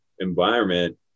environment